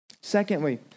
Secondly